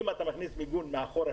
אם אתה מכניס מיגון מאחור,